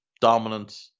dominant